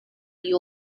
you